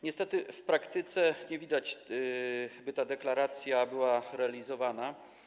Niestety w praktyce nie widać, by ta deklaracja była realizowana.